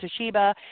Toshiba